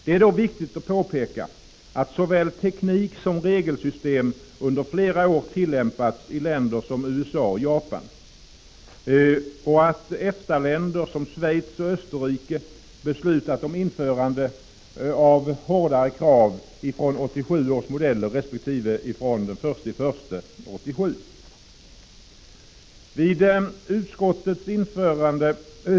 Det är då viktigt att påpeka att såväl teknik som regelsystem under flera år tillämpats i länder som USA och Japan och att EFTA-länder som Schweiz och Österrike beslutat om införande av hårdare krav, att gälla fr.o.m. 1987 års modeller resp. från den 1 januari 1987.